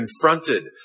confronted